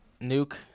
Nuke